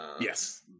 yes